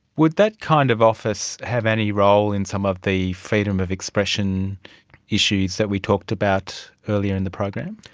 would that kind of office have any role in some of the freedom of expression issues that we talked about earlier in the program?